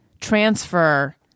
transfer